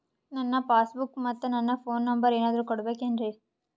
ನನ್ನ passbook ಮತ್ ನನ್ನ ಫೋನ್ ನಂಬರ್ ಏನಾದ್ರು ಕೊಡಬೇಕೆನ್ರಿ?